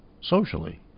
socially